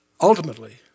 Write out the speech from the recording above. ultimately